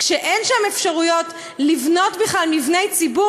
כשאין שם אפשרויות לבנות בכלל מבני ציבור